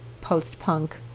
post-punk